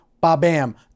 ba-bam